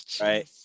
right